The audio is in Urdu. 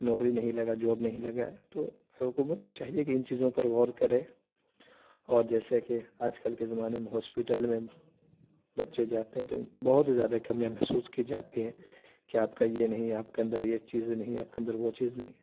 نوکری نہیں لگا جاب نہیں لگا تو حکومت کو چاہیے کہ ان چیزوں پر غور کرے اور جیسا کہ آج کل کے زمانے میں ہاسپیٹل میں بچے جاتے ہیں تو بہت ہی زیادہ کمیاں محسوس کی جاتی ہیں کہ آپ کا یہ نہیں آپ کے اندر یہ چیز نہیں آپ کے اندر وہ چیز نہیں ہے